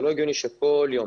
זה לא הגיוני שכל יום,